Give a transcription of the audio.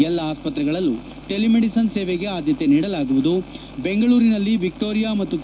ಎಲ್ಲಾ ಆಸ್ಪತ್ರೆಗಳಲ್ಲೂ telemedicine ಸೇವೆಗೆ ಆದ್ಯತೆ ನೀಡಲಾಗುವುದು ಬೆಂಗಳೂರಿನಲ್ಲಿ ವಿಕ್ಟೋರಿಯಾ ಮತ್ತು ಕೆ